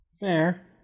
Fair